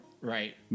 Right